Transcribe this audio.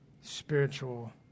spiritual